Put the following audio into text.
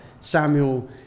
samuel